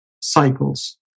cycles